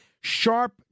Sharp